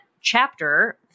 chapter